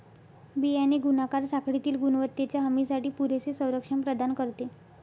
बियाणे गुणाकार साखळीतील गुणवत्तेच्या हमीसाठी पुरेसे संरक्षण प्रदान करते